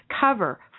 cover